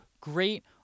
great